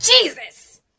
Jesus